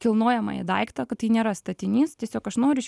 kilnojamąjį daiktą kad tai nėra statinys tiesiog aš noriu iš